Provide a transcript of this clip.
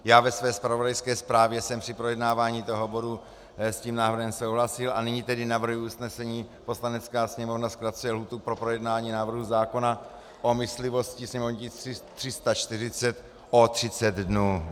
Já jsem ve své zpravodajské zprávě při projednávání bodu s návrhem souhlasil, a nyní tedy navrhuji usnesení: Poslanecká sněmovna zkracuje lhůtu pro projednání návrhu zákona o myslivosti, sněmovní tisk 340, o 30 dnů.